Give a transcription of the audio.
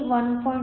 ಆದ್ದರಿಂದ Le 1